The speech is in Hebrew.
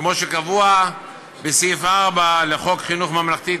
כמו שקבוע בסעיף 4 לחוק חינוך ממלכתי,